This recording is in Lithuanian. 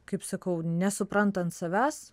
kaip sakau nesuprantant savęs